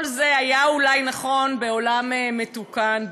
כל זה היה אולי נכון בעולם מתוקן,